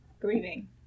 grieving